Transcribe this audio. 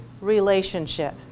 relationship